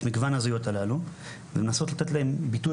את מגוון הזהויות הללו ולנסות לתת להם ביטוי